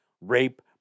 Rape